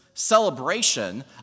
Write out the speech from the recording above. celebration